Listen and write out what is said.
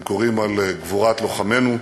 הם קוראים על גבורת לוחמינו,